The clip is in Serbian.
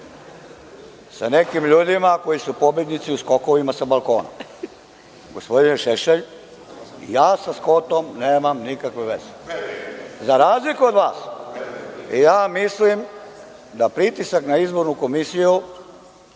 sa nekim ljudima koji su pobednici u skokovima sa balkona. Gospodine Šešelj, ja sa Skotom nemam nikakve veze. Za razliku od vas, ja mislim da pritisak na Izbornu komisiju,